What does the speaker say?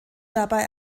dabei